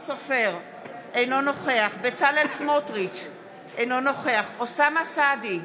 אינו נוכח בצלאל סמוטריץ' אינו נוכח אוסאמה סעדי,